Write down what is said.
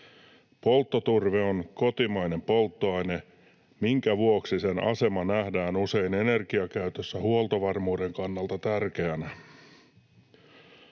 Polttoturve on kotimainen polttoaine, minkä vuoksi sen asema nähdään usein energiakäytössä huoltovarmuuden kannalta tärkeänä.